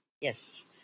Yes